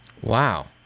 wow